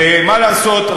ומה לעשות,